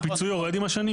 הפיצוי יורד עם השנים?